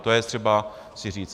To jest třeba si říct.